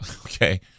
okay